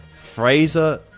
Fraser